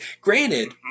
granted